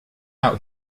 out